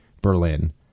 Berlin